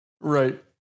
Right